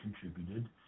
contributed